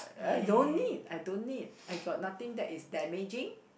I don't need I don't need I got nothing that is damaging